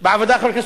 בעבודה (תיקון מס'